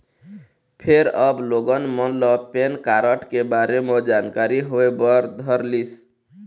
फेर अब लोगन मन ल पेन कारड के बारे म जानकारी होय बर धरलिस